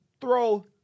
throw